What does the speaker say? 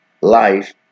life